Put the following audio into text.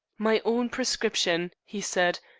my own prescription, he said,